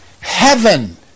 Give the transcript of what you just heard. heaven